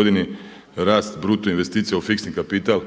godini rast bruto investicija u fiksni kapital